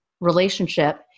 relationship